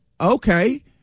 okay